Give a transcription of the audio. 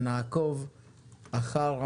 נעקוב אחר המצב,